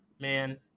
Man